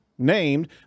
Named